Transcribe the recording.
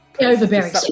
overbearing